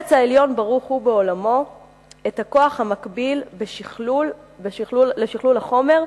חפץ העליון ברוך הוא בעולמו את הכוח המקביל לשכלול החומר,